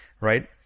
right